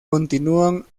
continúan